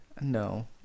No